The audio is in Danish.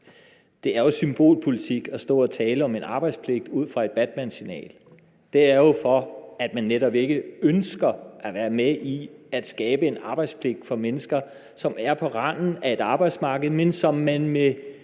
Det er jo symbolpolitik at stå og tale om en arbejdspligt ud fra et Batmansignal. Det er jo netop, fordi man ikke ønsker at være med i at skabe en arbejdspligt for mennesker, som er på randen af et arbejdsmarked, men som man med